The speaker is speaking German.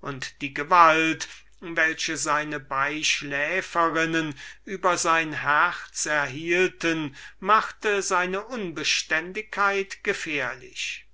und die gewalt welche seine maitressen über sein herz hatten machte seine unbeständigkeit gefährlich